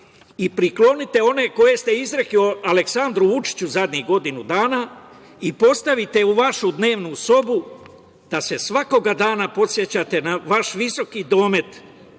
i priklonite one koje ste izrekli o Aleksandru Vučiću zadnjih godinu dana i postavite u vašu dnevnu sobu, da se svakoga dana podsećate na vaš visoki domet